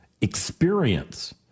experience